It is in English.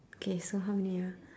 K so how many ah